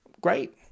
Great